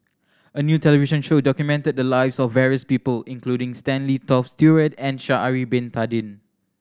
a new television show documented the lives of various people including Stanley Toft Stewart and Sha'ari Bin Tadin